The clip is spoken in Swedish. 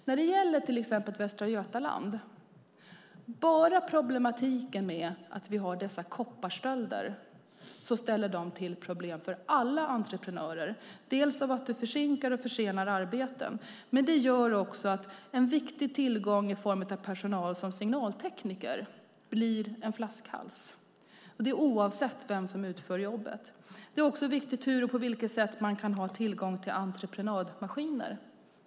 När det gäller till exempel Västra Götaland ställer kopparstölderna till problem för alla entreprenörer. De sinkar och försenar arbeten. Men de gör också att en viktig tillgång i form av personal som signaltekniker blir en flaskhals, oavsett vem som utför jobbet. Det är också viktigt hur och på vilket sätt man kan ha tillgång till entreprenadmaskiner.